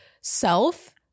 self